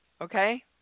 Okay